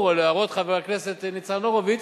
או להערות חבר הכנסת ניצן הורוביץ.